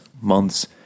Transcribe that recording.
months